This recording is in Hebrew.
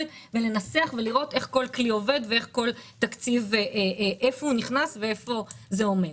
ולנסח ולראות איך כל כלי עובד ואיפה נכנס כל תקציב ואיפה זה עומד.